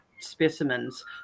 Specimens